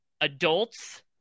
adults